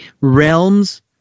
realms